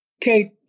Kate